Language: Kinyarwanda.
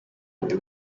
ndi